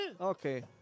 Okay